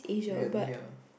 we are near